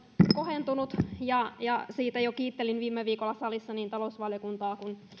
kohentunut ja ja siitä jo kiittelin viime viikolla salissa niin talousvaliokuntaa kuin